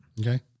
Okay